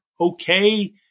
okay